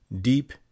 deep